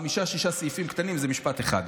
חמישה-שישה סעיפים קטנים, זה משפט אחד.